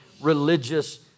religious